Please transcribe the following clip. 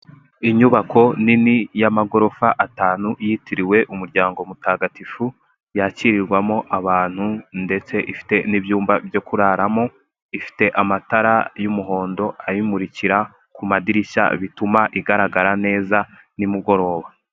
Inyubako nini y'amagorofa atanu, yitiriwe umuryango mutagatifu yakirirwamo abantu, ndetse ifite n'ibyumba byo kuraramo, ifite amatara y'umuhondo ayimurikira ku madirishya, bituma igaragara neza nimugoroba.